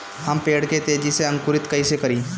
हम पेड़ के तेजी से अंकुरित कईसे करि?